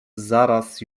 zaraz